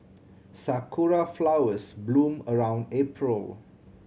Sakura flowers bloom around April